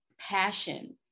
passion